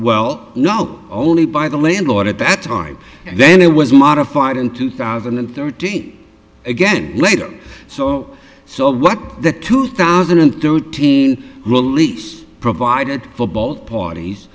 well know only by the landlord at that time and then it was modified in two thousand and thirteen again later so so what the two thousand and thirteen release provided for both parties